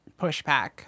pushback